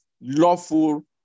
lawful